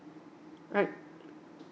right